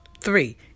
Three